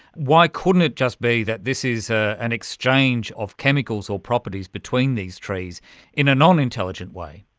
why couldn't it just be that this is ah an exchange of chemicals or properties between these trees in a non-intelligent way?